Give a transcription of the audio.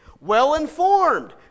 Well-informed